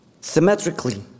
symmetrically